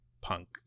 punk